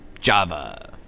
Java